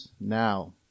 now